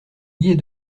liée